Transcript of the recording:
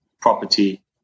property